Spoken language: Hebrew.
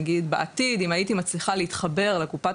נגיד בעתיד אם הייתי מצליחה להתחבר לקופת